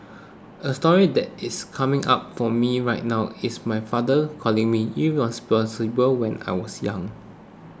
a story that is coming up for me right now is my father calling me irresponsible when I was young